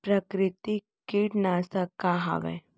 प्राकृतिक कीटनाशक का हवे?